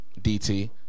DT